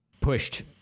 pushed